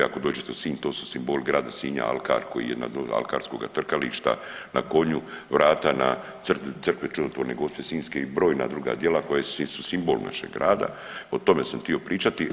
Ako dođete u Sinj to su simboli grada Sinja alkar koji je … alkarskoga trkališta na konju, vrata na Crkvi Čudotvorne Gospe Sinjske i brojna druga djela koja su simbol našeg rada o tome sam htio pričati.